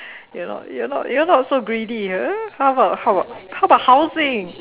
you're not you're not so greedy ha how about how about how about housing